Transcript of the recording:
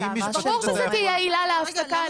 ברור שזו תהיה עילה להפסקה.